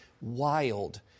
wild